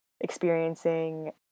experiencing